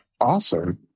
Awesome